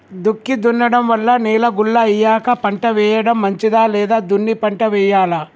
దుక్కి దున్నడం వల్ల నేల గుల్ల అయ్యాక పంట వేయడం మంచిదా లేదా దున్ని పంట వెయ్యాలా?